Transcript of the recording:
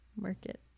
market